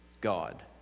God